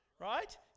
right